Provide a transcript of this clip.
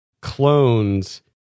clones